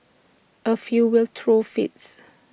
A few will throw fits